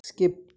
skip